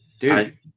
dude